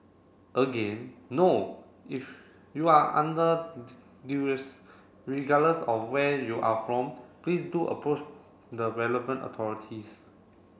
again no if you are under duress regardless of where you are from please do approach the relevant authorities